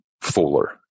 fuller